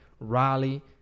Raleigh